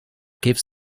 gives